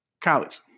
College